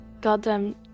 goddamn